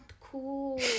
cool